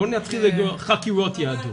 בואו נתחיל להגיד חקירות יהדות.